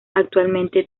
actualmente